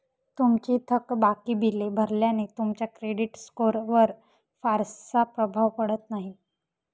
तुमची थकबाकी बिले भरल्याने तुमच्या क्रेडिट स्कोअरवर फारसा प्रभाव पडत नाही